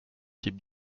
type